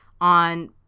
on